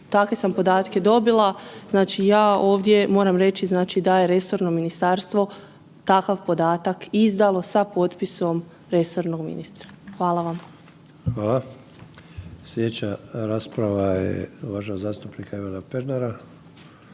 takve sam podatke dobila. Znači ja ovdje moram reći da je resorno ministarstvo takav podatak izdalo sa potpisom resornog ministra. Hvala. **Sanader, Ante (HDZ)** Hvala. Sljedeća rasprava je uvaženog zastupnika Ivana Pernara.